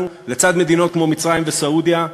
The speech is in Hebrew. לצד מדינות כמו מצרים וסעודיה,